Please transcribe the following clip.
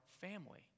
family